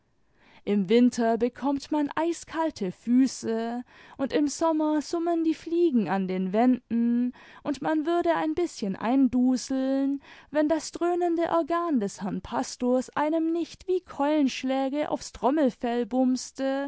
im winter bekonunt man eiskalte füße und im sommer summen die fliegen an den wänden und man würde ein bißchen einduseln wenn das dröhnende organ des herrn pastors einem nicht wie keulenschläge aufs trommelfell